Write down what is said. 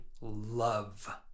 love